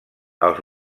els